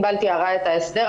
ענבל תיארה את ההסדר,